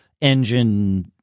engine